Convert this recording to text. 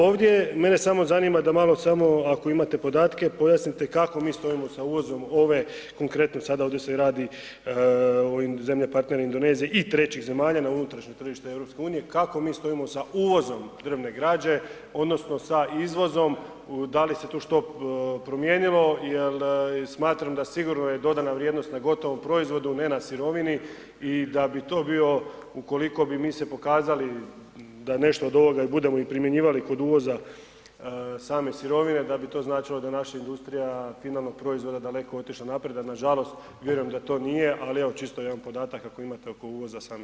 Ovdje je, mene samo zanima da malo samo ako imate podatke pojasnite kako mi stojimo sa uvozom ove konkretno sada ovdje se radi o ovim zemlja partner Indonezije i trećih zemalja na unutrašnje tržište EU, kako mi stojimo sa uvozom drvne građe odnosno sa izvozom, da li se tu što promijenilo, jel smatram da sigurno je dodana vrijednost na gotovom proizvodu, ne na sirovini i da bi to bio ukoliko bi mi se pokazali da nešto od ovoga i budemo i primjenjivali kod uvoza same sirovine dal bi to značilo da je naša industrija finalnog proizvoda daleko otišla naprijed, a nažalost vjerujem da to nije, ali evo čisto jedan podatak ako imate oko uvoza same sirovine.